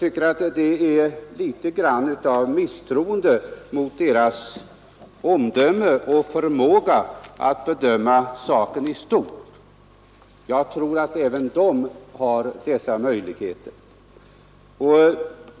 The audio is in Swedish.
Det är ett misstroende mot organisationernas omdöme och förmåga att bedöma saken i stort att inte inhämta deras åsikter på ett ingående sätt.